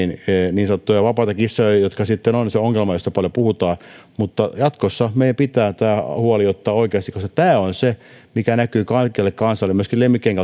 niin sanottuja vapaita kissoja jotka sitten ovat se ongelma josta paljon puhutaan mutta jatkossa meidän pitää tämä huoli ottaa oikeasti koska tämä on se mikä näkyy kaikelle kansalle myöskin lemmikkien